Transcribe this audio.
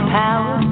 power